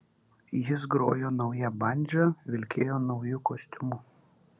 jis grojo nauja bandža vilkėjo nauju kostiumu